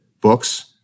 books